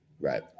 right